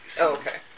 Okay